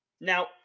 Now